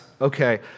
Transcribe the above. okay